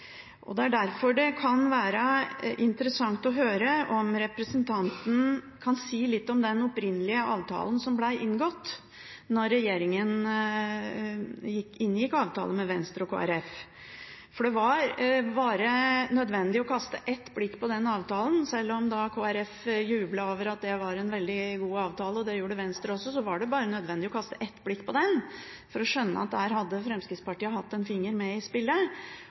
skyld. Det kan derfor være interessant å høre om representanten kan si litt om den opprinnelige avtalen som ble inngått da regjeringen inngikk avtale med Venstre og Kristelig Folkeparti. For det var bare nødvendig å kaste ett blikk på den avtalen – selv om Kristelig Folkeparti jublet over at det var en veldig god avtale, og det gjorde Venstre også, for å skjønne at der hadde Fremskrittspartiet hatt en finger med i spillet